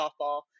softball